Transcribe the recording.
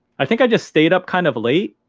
i think i just stayed up kind of late.